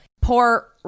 poor